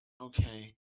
Okay